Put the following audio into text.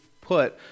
put